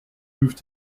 moved